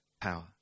power